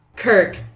Kirk